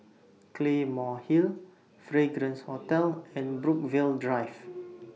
Claymore Hill Fragrance Hotel and Brookvale Drive